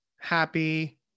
happy